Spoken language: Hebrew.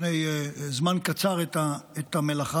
לפני זמן קצר את המלאכה